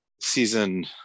season